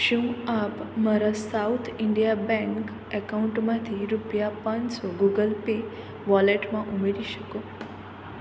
શું આપ મારા સાઉથ ઇન્ડિયા બેંક એકાઉન્ટમાંથી રૂપિયા પાંચસો ગૂગલ પે વોલેટમાં ઉમેરી શકો